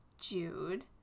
Jude